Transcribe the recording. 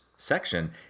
section